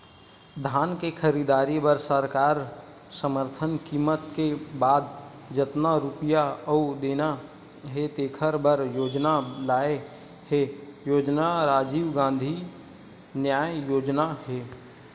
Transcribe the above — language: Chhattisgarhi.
धान के खरीददारी बर सरकार समरथन कीमत के बाद जतना रूपिया अउ देना हे तेखर बर योजना लाए हे योजना राजीव गांधी न्याय योजना हे